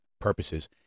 purposes